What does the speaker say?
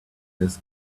this